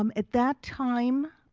um at that time,